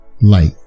light